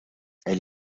elle